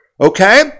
Okay